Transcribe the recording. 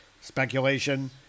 Speculation